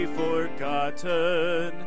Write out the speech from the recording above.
forgotten